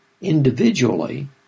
individually